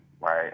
right